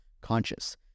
conscious